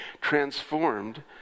transformed